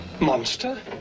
Monster